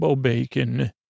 Bacon